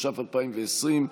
התש"ף 2020,